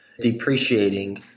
depreciating